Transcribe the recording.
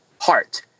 heart